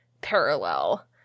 parallel